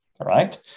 right